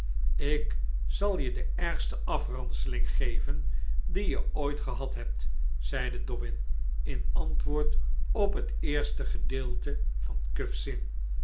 ik zal je de ergste afranseling geven die je ooit gehad hebt zeide dobbin in antwoord op het eerste gedeelte van